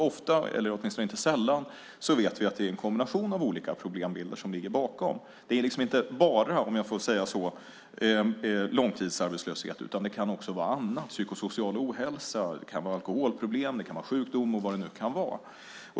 Ofta, eller åtminstone inte sällan, vet vi att det är en kombination av olika problembilder som ligger bakom. Det är inte bara, om jag får säga så, långtidsarbetslöshet, utan det kan också vara annat: psykosocial ohälsa, alkoholproblem, sjukdom eller vad det nu kan vara.